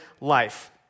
life